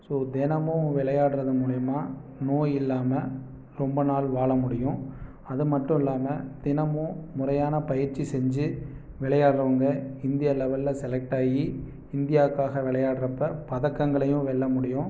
so தினமும் விளையாடுகிறதன் மூலிமா நோய் இல்லாமல் ரொம்ப நாள் வாழ முடியும் அதை மட்டும் இல்லாமல் தினமும் முறையான பயிற்சி செஞ்சு விளையாடுறவுங்க இந்திய அளவில் செலக்ட்டாகி இந்தியாக்காக விளையாடுறப்ப பதக்கங்களையும் வெல்ல முடியும்